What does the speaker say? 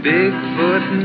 Bigfoot